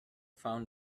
found